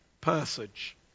passage